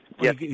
Yes